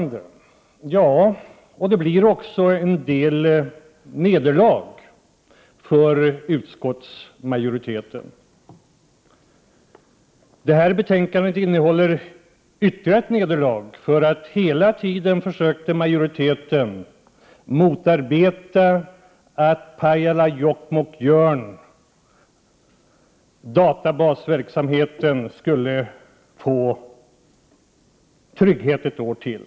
Det blir en del nederlag för utskottsmajoriteten. Det här betänkandet innehåller ytterligare ett nederlag, för hela tiden försöker majoriteten motarbeta förslaget att databasverksamheten i Pajala, Jokkmokk och Jörn skall få trygghet ett år till.